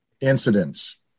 incidents